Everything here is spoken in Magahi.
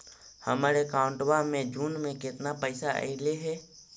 हमर अकाउँटवा मे जून में केतना पैसा अईले हे?